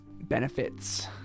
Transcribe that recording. benefits